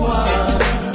one